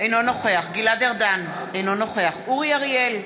אינו נוכח גלעד ארדן, אינו נוכח אורי אריאל,